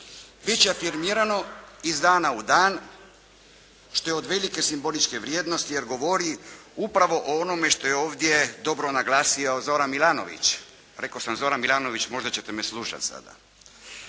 već afirmirano iz dana u dan što je od velike simboličke vrijednosti jer govori upravo o onome što je ovdje dobro naglasio Zoran Milanović, rekao sam Zoran Milanović možda ćete me slušat sada.